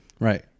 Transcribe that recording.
right